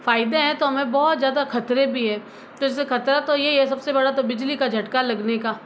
फायदे हैं तो हमें बहुत ज़्यादा खतरे भी हैं तो इससे खतरा तो ये ही है सबसे बड़ा तो बिजली का झटका लगने का